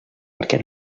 perquè